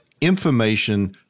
information